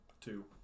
two